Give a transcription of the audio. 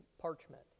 parchment